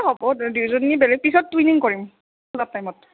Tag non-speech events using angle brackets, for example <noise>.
অ' হ'ব দুইজনীয়ে বেলেগ পিছত টুইনিং কৰিম <unintelligible> টাইমত